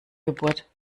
geburt